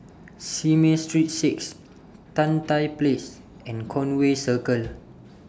Simei Street six Tan Tye Place and Conway Circle